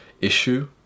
issue